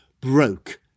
broke